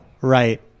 right